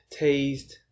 tased